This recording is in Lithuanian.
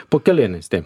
po kelėniais taip